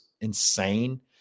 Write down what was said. insane